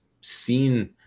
seen